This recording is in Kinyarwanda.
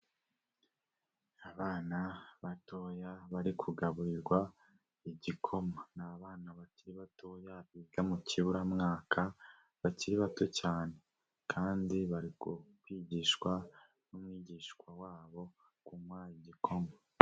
Abana batoya bari kugaburirwa igikoma, ni abana bakiri batoya biga mu kiburamwaka, bakiri bato cyane kandi bari kwigishwa n'umwigishwa wabo kunywa igikoma.